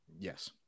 Yes